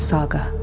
Saga